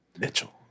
Mitchell